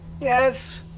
Yes